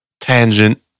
tangent